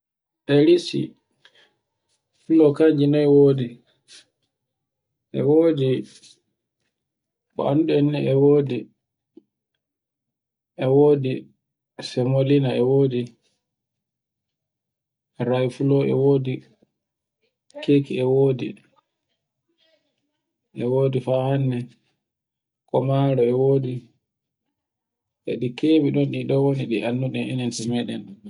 e risi fulo kanji noye wodi. E wodi ko annduɗen ni e wodi semolina, e wodi rayfulo, e wodi kecci e wodi, e wodi fa hannde ko maro e wodi eɗi kewi ɗi ɗun ɗn woni ko annduɗen to meɗen ɗo.